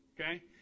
okay